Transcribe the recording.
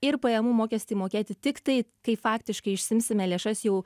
ir pajamų mokestį mokėti tik tai kai faktiškai išsiimsime lėšas jau